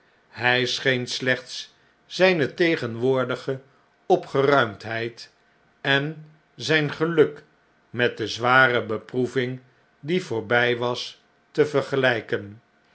hij scheen slechts zyne tegenwoordige opgeruimdheid en zijn geluk met de zware beproeving die voorbij was te vergelpen